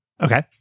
Okay